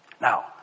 Now